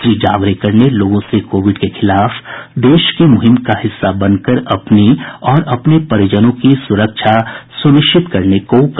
श्री जावडेकर ने लोगों से कोविड के खिलाफ देश की मुहिम का एक हिस्सा बनकर अपनी और अपने परिजनों की सुरक्षा सुनिश्चित करने को कहा